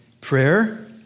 prayer